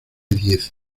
diez